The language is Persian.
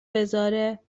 بزاره